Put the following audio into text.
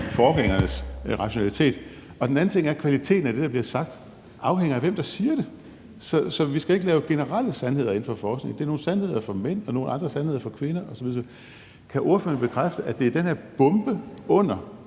forgængernes rationalitet. Den anden ting er, at kvaliteten af det, der bliver sagt, afhænger af, hvem der siger det, så vi ikke skal lave generelle sandheder inden for forskning. Der er nogle sandheder for mænd og nogle andre sandheder for kvinder osv. osv. Kan ordføreren bekræfte, at det er den her bombe under